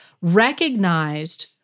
recognized